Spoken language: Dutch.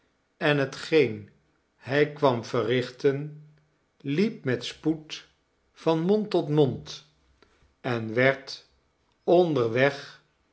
en hetgeen hij kwam verrichten liep met spoed van mond tot mond en werd onderweg